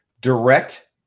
direct